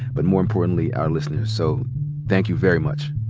but more importantly our listeners. so thank you very much.